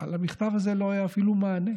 על המכתב הזה לא היה אפילו מענה.